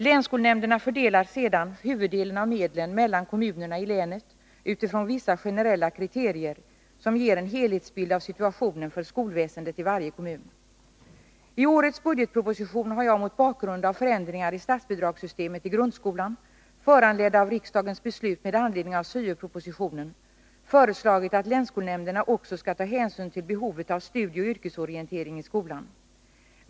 Länsskolnämnderna fördelar sedan huvuddelen av medlen mellan kommunerna i länet utifrån vissa generella kriterier, som ger en helhetsbild av situationen för skolväsendet i varje kommun. I årets budgetproposition har jag mot bakgrund av förändringar i statsbidragssystemet till grundskolan, föranledda av riksdagens beslut med anledning av syo-propositionen, föreslagit att länsskolnämnderna också skall ta hänsyn till behovet av studieoch yrkesorientering i skolan.